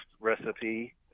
recipe